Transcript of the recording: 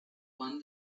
won